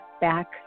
back